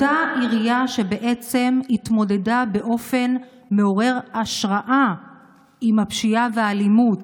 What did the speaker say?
אותה עירייה שהתמודדה באופן מעורר השראה עם הפשיעה והאלימות,